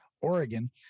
Oregon